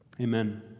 Amen